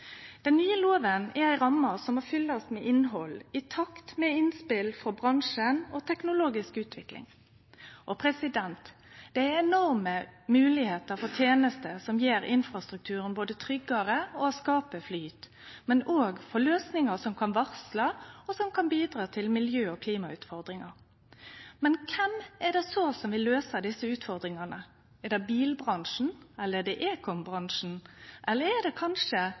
Den nye lova er ei ramme som må fyllast med innhald i takt med innspel frå bransjen og teknologisk utvikling. Det er enorme moglegheiter for tenester som både gjer infrastrukturen tryggare og skaper flyt, men òg for løysingar som kan varsle og bidra til miljø- og klimautfordringar. Men kven er det så som vil løyse desse utfordringane? Er det bilbransjen, eller er det ekombransjen? Eller er det kanskje